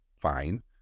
fine